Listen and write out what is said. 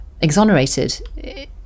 exonerated